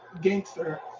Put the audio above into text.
Gangster